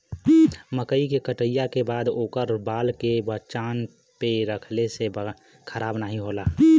मकई के कटिया के बाद ओकर बाल के मचान पे रखले से खराब नाहीं होला